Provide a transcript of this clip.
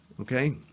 Okay